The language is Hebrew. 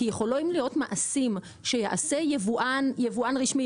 כי יכולים להיות מעשים שיעשה יבואן רשמי,